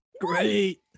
Great